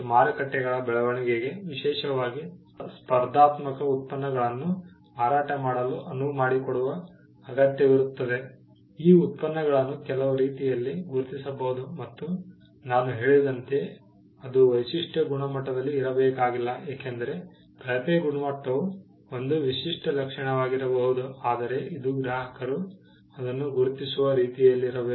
ಮತ್ತು ಮಾರುಕಟ್ಟೆಗಳ ಬೆಳವಣಿಗೆಗೆ ವಿಶೇಷವಾಗಿ ಸ್ಪರ್ಧಾತ್ಮಕ ಉತ್ಪನ್ನಗಳನ್ನು ಮಾರಾಟ ಮಾಡಲು ಅನುವು ಮಾಡಿಕೊಡುವ ಅಗತ್ಯವಿರುತ್ತದೆ ಈ ಉತ್ಪನ್ನಗಳನ್ನು ಕೆಲವು ರೀತಿಯಲ್ಲಿ ಗುರುತಿಸಬಹುದು ಮತ್ತು ನಾನು ಹೇಳಿದಂತೆ ಅದು ವೈಶಿಷ್ಟ್ಯವು ಗುಣಮಟ್ಟದಲ್ಲಿ ಇರಬೇಕಾಗಿಲ್ಲ ಏಕೆಂದರೆ ಕಳಪೆ ಗುಣಮಟ್ಟವು ಒಂದು ವಿಶಿಷ್ಟ ಲಕ್ಷಣವಾಗಿರಬಹುದು ಆದರೆ ಇದು ಗ್ರಾಹಕರು ಅದನ್ನು ಗುರುತಿಸುವ ರೀತಿಯಲ್ಲಿರಬೇಕು